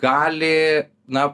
gali na